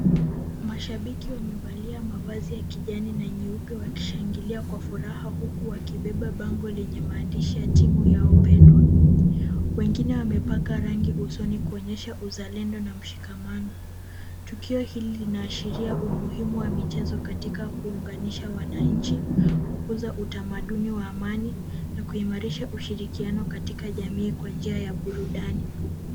Mashabiki wamevalia mavazi ya kijani na nyeupe wakishangilia kwa furaha huku wakibeba bango lenye maandishi ya timu yao pendwa. Wengine wamepaka rangi usoni kuonyesha uzalendo na mshikamano. Tukio hili inaashiria umuhimu wa michezo katika kuunganisha wananchi, kukuza utamaduni wa amani na kuimarisha ushirikiano katika jamii kwa njia ya burudani.